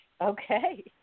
Okay